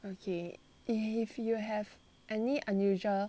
okay if you have any unusual